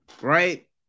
right